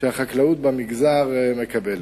שהחקלאות במגזר מקבלת.